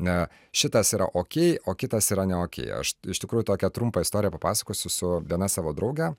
ne šitas yra okey o kitas yra ne okei aš iš tikrųjų tokią trumpą istoriją papasakosiu su viena savo drauge